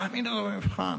תעמיד אותו במבחן.